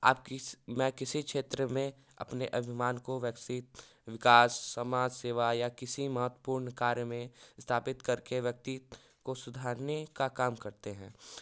आप किसी मैं किसी क्षेत्र में अपने अभिमान को विकास समाज सेवा या किसी महत्वपूर्ण कार्य में स्थापित करके व्यक्तित्व को सुधारने का काम करते हैं